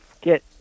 get